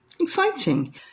Exciting